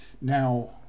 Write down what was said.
now